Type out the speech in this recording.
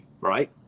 Right